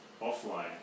offline